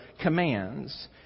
commands